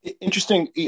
interesting